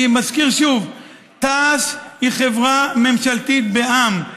אני מזכיר שוב: תע"ש היא חברה ממשלתית בע"מ,